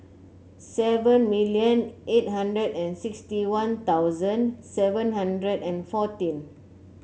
seven million eight hundred and sixty One Thousand seven hundred and fourteen